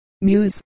Muse